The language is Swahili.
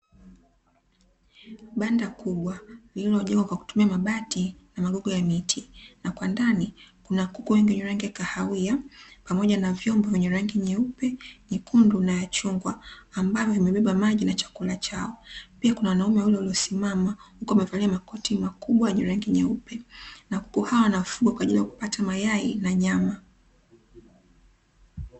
Banda kubwa lililojengwa kwa kutumia mabati na magogo ya miti, na kwa ndani kuna kuku wengi wa kahawia, pamoja na vyombo vyenye rangi nyeupe, nyekundu na ya chungwa ambavyo vimebeba chakula chao. Pia kuna wanaume wawili waliosimama, hukuwamevalia makoti makubwa yenye rangi nyeupe. Na kuku hawa wanafugwa kwa ajili ya kupata mayai na nyama.